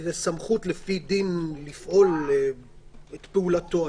סמכות לפי דין לפעול את פעולתו,